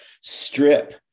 strip